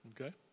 okay